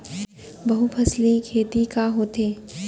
बहुफसली खेती का होथे?